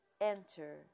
Enter